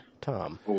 Tom